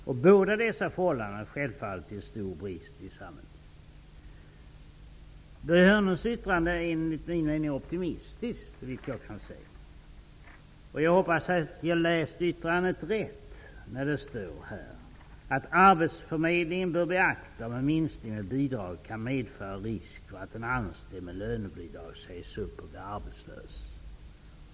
Båda dessa förhållanden är självfallet till stor brist i samhället. Börje Hörnlunds yttrande är, såvitt jag förstår, optimistiskt. Jag hoppas att jag tytt yttrandet rätt. Det står nämligen: ...''arbetsförmedlingen bör beakta om en minskning av bidraget kan medföra risk för att en anställd med lönebidrag sägs upp och blir arbetslös.''